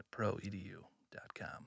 proedu.com